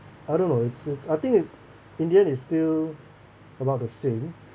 I don't know it's it's I think it's indian is still about the same